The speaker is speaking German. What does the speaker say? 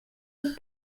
und